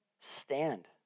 Stand